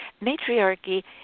Matriarchy